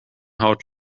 haut